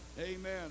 Amen